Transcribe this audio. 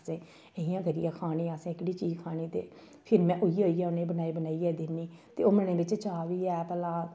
असे इ'यां करियै खानी असें एह्कड़ी चीज खानी ते फिर में ओइयौ ओइयौ उ'नेंगी बनाई बनाइयै दिन्नी ते ओह् मनै बिच्च चाऽ बी है भला